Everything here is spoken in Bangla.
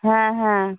হ্যাঁ হ্যাঁ